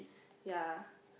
ya